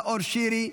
נאור שירי,